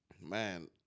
Man